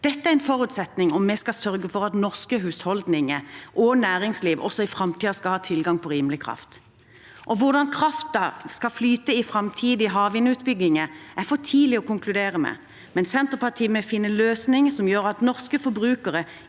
Dette er en forutsetning om vi skal sørge for at norske husholdninger og næringsliv også i framtiden skal ha tilgang på rimelig kraft. Når det gjelder hvordan kraften skal flyte i framtidige havvindutbygginger, er det for tidlig å konkludere, men Senterpartiet er med og finner en løsning som gjør at norske forbrukere